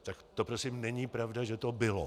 Tak to prosím není pravda, že to bylo.